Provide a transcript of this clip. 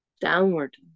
Downward